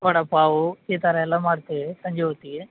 ವಡೆ ಪಾವು ಈ ಥರ ಎಲ್ಲ ಮಾಡ್ತೇವೆ ಸಂಜೆ ಹೊತ್ತಿಗೆ